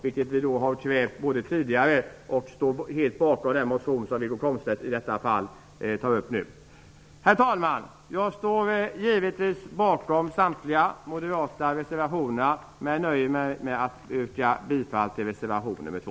Vi har krävt detta tidigare, och vi står helt bakom Wiggo Herr talman! Jag står givetvis bakom samtliga moderata reservationer, men nöjer mig med att yrka bifall till reservation nr 2.